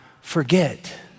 forget